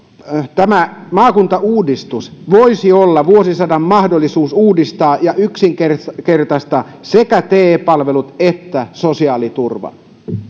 tämä maakuntauudistus voisi olla vuosisadan mahdollisuus uudistaa ja yksinkertaistaa sekä te palvelut että sosiaaliturva